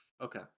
Okay